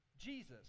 Jesus